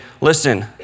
listen